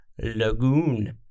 Lagoon